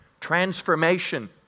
Transformation